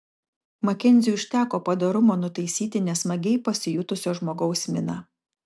makenziui užteko padorumo nutaisyti nesmagiai pasijutusio žmogaus miną